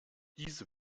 diese